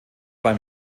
beim